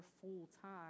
full-time